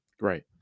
Right